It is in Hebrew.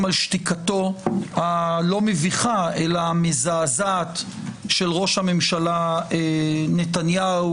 על שתיקתו הלא מביכה אלא המזעזעת של ראש הממשלה נתניהו.